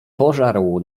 pożarł